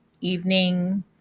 evening